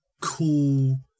cool